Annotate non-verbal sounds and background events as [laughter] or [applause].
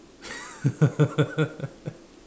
[laughs]